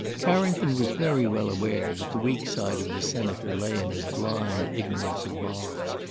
carrington was very well aware that the weak side of the senator lay in his blind ignorance of morals.